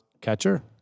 catcher